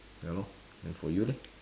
ya lor then for you leh